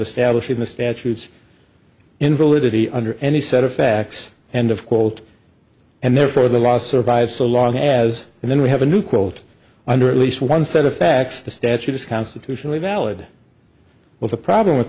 establishing the statutes in validity under any set of facts and of cold and therefore the law survives so long as and then we have a new quilt under at least one set of facts the statute is constitutionally valid but the problem with